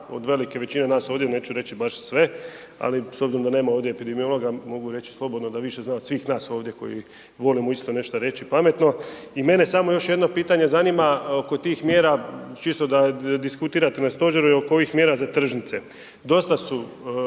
od velike većine nas ovdje, neću reći baš sve, ali s obzirom da nema ovdje epidemiologa mogu reći slobodno da više zna od svih nas ovdje koji volimo isto nešto reći pametno. I mene samo još jedno pitanje zanima oko tih mjera čisto da diskutirate na stožeru oko ovih mjera za tržnice. Dosta su